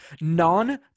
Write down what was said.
non